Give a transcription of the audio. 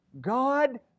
God